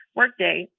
workday,